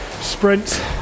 sprint